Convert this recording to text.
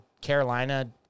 Carolina